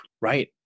Right